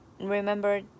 remember